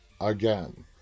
again